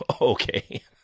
okay